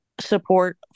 support